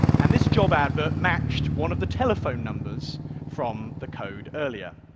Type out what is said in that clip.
and this job advert matched one of the telephone numbers from the code earlier.